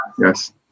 Yes